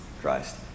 Christ